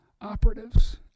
operatives